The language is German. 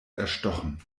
erstochen